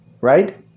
Right